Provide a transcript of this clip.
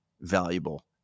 valuable